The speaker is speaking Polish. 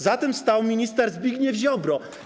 Za tym stał minister Zbigniew Ziobro.